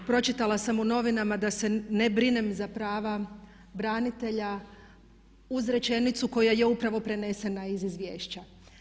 Pročitala sam u novinama da se ne brinem za prava branitelja uz rečenicu koja je upravo prenesena iz izvješća.